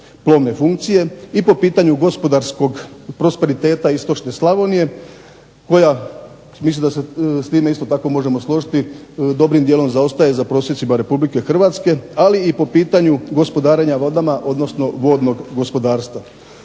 i po pitanju gospodarskog prosperiteta istočne Slavonije koja, mislim da se s time isto tako možemo složiti dobrim dijelom zaostaje za prosjecima Republike Hrvatske, ali i po pitanju gospodarenja vodama, odnosno vodnog gospodarstva.